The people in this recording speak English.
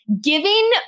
giving